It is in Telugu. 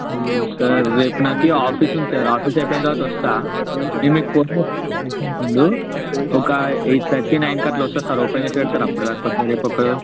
అయ్యో సార్ రేపు నాకు ఆఫీస్ ఉంది సార్ ఆఫీస్ అయిపోయిన తర్వాతొస్తా నేను మీకు ఫోన్ చేస్తా వచ్చే ముందు ఒక ఎయిట్ తర్టీ నైన్ కాట్లా వస్తా సార్ ఓపెన్ చేసి పెడతారా సార్ రేపొక్క రోజు